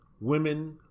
women